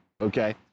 okay